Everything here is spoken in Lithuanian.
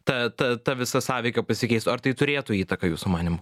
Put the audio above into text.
ta ta ta visa sąveika pasikeistų ar tai turėtų įtaką jūsų manymu